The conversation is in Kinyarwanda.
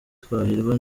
twahirwa